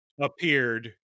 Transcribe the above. appeared